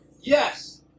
Yes